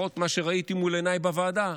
לפחות ממה שראיתי מול עיניי בוועדה,